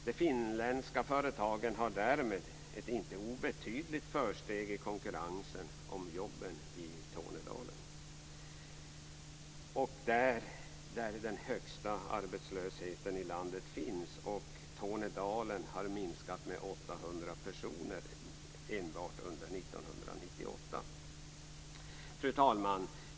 De finska företagen har därmed ett inte obetydligt försteg i konkurrensen om jobben i Tornedalen där den högsta arbetslösheten i landet finns. Och befolkningen i Tornedalen har minskat med 800 personer enbart under 1998. Fru talman!